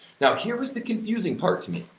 now here was the confusing part to me,